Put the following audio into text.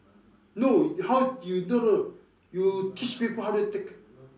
no how you no no you teach people how to take